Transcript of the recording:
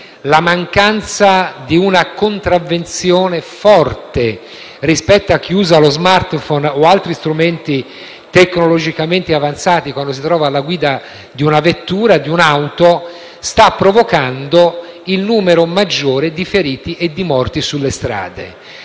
la mancanza di una contravvenzione forte rispetto a chi usa lo *smartphone* o altri strumenti tecnologicamente avanzati quando si trova alla guida di una vettura stanno provocando il numero maggiore di feriti e di morti sulle strade.